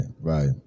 right